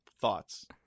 thoughts